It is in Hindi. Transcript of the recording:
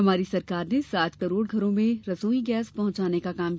हमारी सरकार ने सात करोड़ घरों में रसोई गेस पहुंचाने का काम किया है